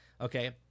Okay